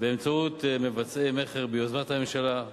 באמצעות מבצעי מכר, ביוזמת הממשלה.